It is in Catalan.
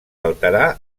alterar